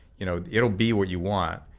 you know, it'll be what you want.